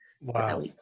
Wow